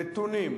מספק לבית נתונים,